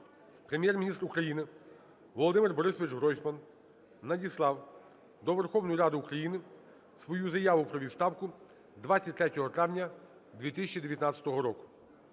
Прем'єр-міністр України Володимир Борисович Гройсман надіслав до Верховної Ради України свою заяву про відставку 23 травня 2019 року.